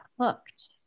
hooked